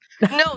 No